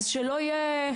אז שלא יהיה,